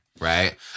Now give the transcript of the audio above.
right